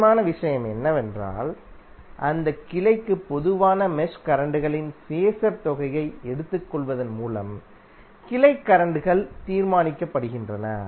முக்கியமான விஷயம் என்னவென்றால் அந்தக் கிளைக்கு பொதுவான மெஷ் கரண்ட்களின் ஃபேஸர் தொகையை எடுத்துக் கொள்வதன் மூலம் கிளை கரண்ட்கள் தீர்மானிக்கப்படுகின்றன